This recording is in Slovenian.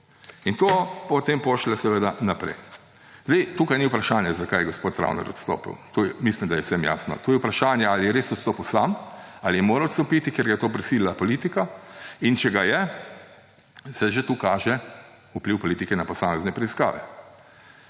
In to potem pošlje seveda naprej. Tukaj ni vprašanje, zakaj je gospod Travner odstopil. Mislim, da je to vsem jasno. Tu je vprašanje, ali je res odstopil sam, ali je moral odstopiti, ker ga je v to prisilila politika; in če ga je, se že tukaj kaže vpliv politike na posamezne preiskave.